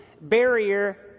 barrier